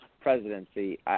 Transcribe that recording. presidency